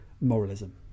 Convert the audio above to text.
moralism